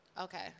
Okay